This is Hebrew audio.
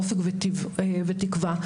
אופק ותקווה.